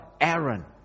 Aaron